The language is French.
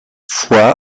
foy